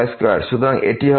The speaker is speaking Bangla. সুতরাং x2y2